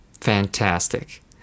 Fantastic